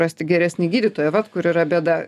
rasti geresnį gydytoją vat kur yra bėda